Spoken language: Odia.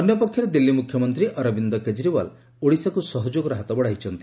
ଅନ୍ୟପକ୍ଷରେ ଦିଲ୍ଲୀ ମୁଖ୍ୟମନ୍ତୀ ଅରବିନ୍ଦ କେଜରିଓ୍ୱାଲ ଓଡ଼ିଶାକୁ ସହଯୋଗର ହାତ ବଡ଼ାଇଛନ୍ତି